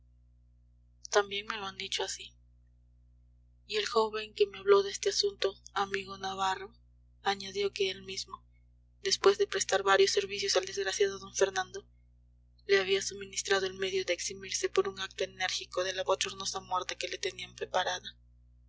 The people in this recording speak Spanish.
también me lo han dicho así y el joven que me habló de este asunto amigo navarro añadió que él mismo después de prestar varios servicios al desgraciado don fernando le había suministrado el medio de eximirse por un acto enérgico de la bochornosa muerte que le tenían preparada